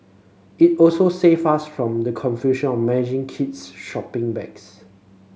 it also save us from the confusion of managing kids shopping bags